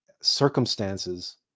circumstances